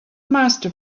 master